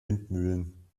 windmühlen